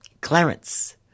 Clarence